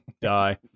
die